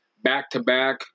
back-to-back